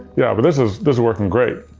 yeah, but this is, this is working great.